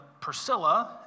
Priscilla